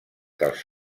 dels